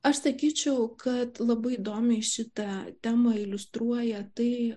aš sakyčiau kad labai įdomiai šitą temą iliustruoja tai